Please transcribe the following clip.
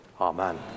Amen